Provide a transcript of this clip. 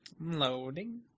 loading